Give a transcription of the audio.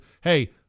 hey